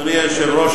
אדוני היושב-ראש,